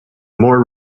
more